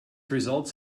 results